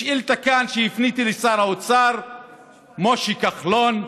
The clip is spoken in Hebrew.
בשאילתה שהפניתי כאן לשר האוצר משה כחלון,